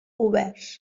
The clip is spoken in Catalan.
oberts